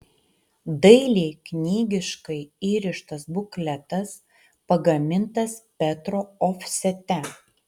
dailiai knygiškai įrištas bukletas pagamintas petro ofsete